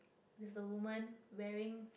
with the woman wearing